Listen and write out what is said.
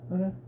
okay